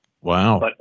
Wow